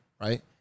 right